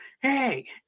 hey